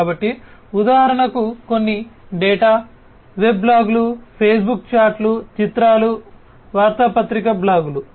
కాబట్టి ఉదాహరణకు కొన్ని డేటా వెబ్ బ్లాగులు ఫేస్బుక్ చాట్లు చిత్రాలు వార్తాపత్రిక బ్లాగులు